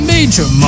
Major